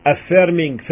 Affirming